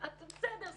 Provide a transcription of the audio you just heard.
בסדר,